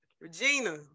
Regina